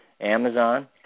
Amazon